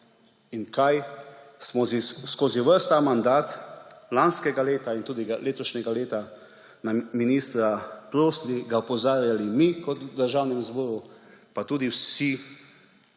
in kaj smo skozi ves ta mandat, lanskega leta in tudi letošnjega leta, ministra prosili, ga opozarjali mi v Državnem zboru pa tudi vsi